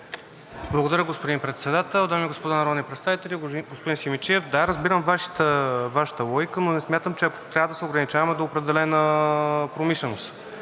Благодаря, господин Председател. Дами и господа народни представители! Господин Симидчиев, да, разбирам Вашата логика, но не смятам, че трябва да се ограничаваме до определена промишленост.